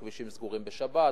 כבישים סגורים בשבת,